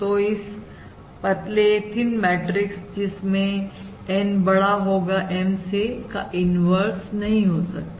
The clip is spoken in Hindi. तो इस पतले मैट्रिक्स जिसमें N बड़ा होगा M से का इन्वर्स नहीं हो सकता